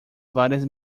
várias